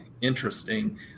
interesting